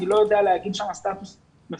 אני לא יודע לומר מה שם הסטטוס המפורט.